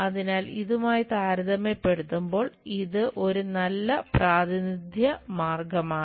അതിനാൽ ഇതുമായി താരതമ്യപ്പെടുത്തുമ്പോൾ ഇത് ഒരു നല്ല പ്രാതിനിധ്യ മാർഗമാണ്